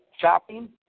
shopping